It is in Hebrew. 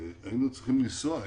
היינו צריכים לנסוע.